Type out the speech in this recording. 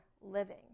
living